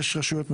יש רשויות מחקר,